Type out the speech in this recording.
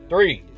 Three